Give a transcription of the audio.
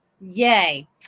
Yay